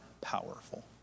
powerful